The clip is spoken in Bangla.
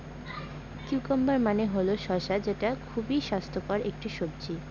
কিউকাম্বার মানে হল শসা যেটা খুবই স্বাস্থ্যকর একটি সবজি